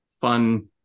fun